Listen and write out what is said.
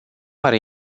are